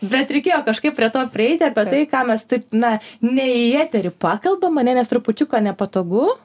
bet reikėjo kažkaip prie to prieiti apie tai ką mes taip na ne į eterį pakalbam ane nes trupučiuką nepatogu